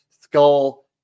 Skull